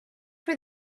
for